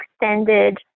extended